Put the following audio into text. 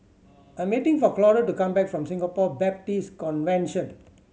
I'm waiting for Clora to come back from Singapore Baptist Convention